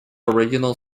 original